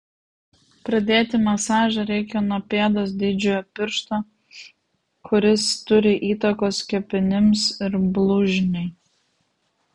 pradėti masažą reikia nuo pėdos didžiojo piršto kuris turi įtakos kepenims ir blužniai